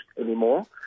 anymore